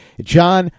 John